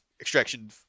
extraction